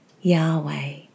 Yahweh